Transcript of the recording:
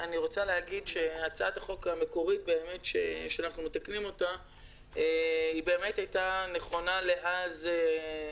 הצעת החוק המקורית שאנו מתקנים אותה היתה נכונה לאז,